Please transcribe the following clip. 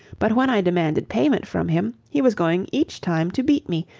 but when i demanded payment from him, he was going each time to beat me,